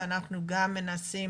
ואנחנו גם מנסים